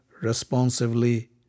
responsively